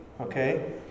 okay